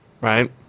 right